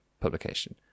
publication